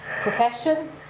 profession